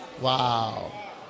Wow